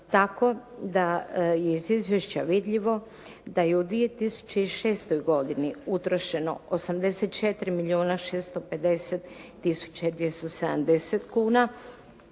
Tako da je iz izvješća vidljivo da je u 2006. godini utrošeno 84 milijuna